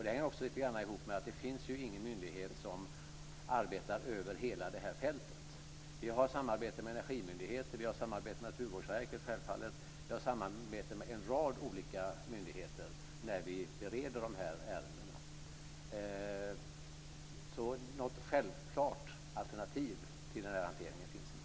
Det hänger lite grann ihop med att det inte finns någon myndighet som arbetar över hela fältet. Vi har samarbete med energimyndigheter, vi har självfallet samarbete med Naturvårdsverket, och vi har samarbete med en rad olika myndigheter när vi bereder dessa ärenden. Något självklart alternativ till den hanteringen finns inte.